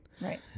right